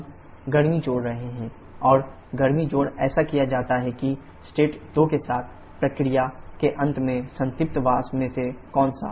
हम गर्मी जोड़ रहे हैं और गर्मी जोड़ ऐसा किया जाता है कि स्टेट 2 के साथ प्रक्रिया के अंत में संतृप्त वाष्प में से कौन सा